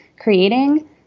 creating